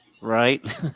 right